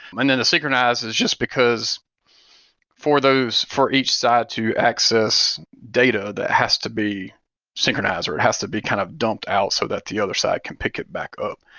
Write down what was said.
and then the synchronize is just because for those for each side to access data that has to be synchronized or it has to be kind of dumped out so that the other side can pick it back up,